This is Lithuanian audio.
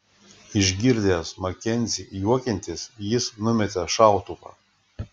išgirdęs makenzį juokiantis jis numetė šautuvą